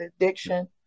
addiction